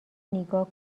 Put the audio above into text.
نیگا